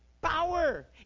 power